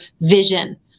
vision